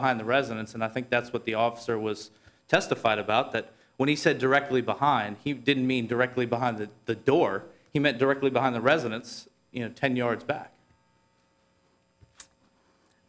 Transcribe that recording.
behind the residence and i think that's what the officer was testified about that when he said directly behind he didn't mean directly behind that the door he met directly behind the residence you know ten yards back